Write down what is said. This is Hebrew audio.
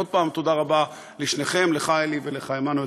עוד פעם, תודה רבה לשניכם, לך, אלי, ולך, מנואל.